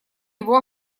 его